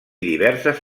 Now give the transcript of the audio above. diverses